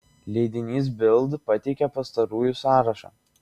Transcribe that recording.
leidinys bild pateikia pastarųjų sąrašą